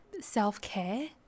self-care